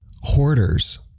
Hoarders